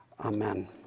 Amen